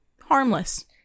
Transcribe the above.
harmless